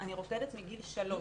אני רוקדת מגיל שלוש,